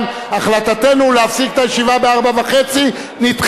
מפאת חשיבות העניין החלטתנו להפסיק את הישיבה ב-16:30 נדחית.